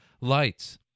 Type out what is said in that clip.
lights